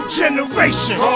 generation